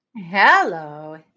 Hello